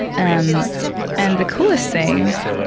um and the coolest thing,